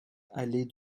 allée